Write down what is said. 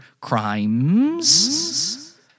crimes